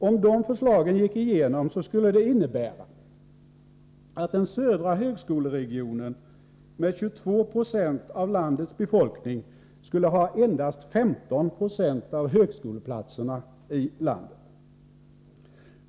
Om de förslagen gick igenom skulle det innebära att den södra högskoleregionen med 22 96 av landets befolkning skulle ha endast 15 96 av högskoleplatserna i landet.